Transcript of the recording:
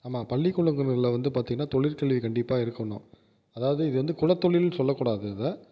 ஆமாம் பள்ளிக்கூடங்களில் வந்து பார்த்திங்கன்னா தொழிற்கல்வி கண்டிப்பாக இருக்கணும் அதாவது இது வந்து குல தொழில்னு சொல்லக்கூடாது இதை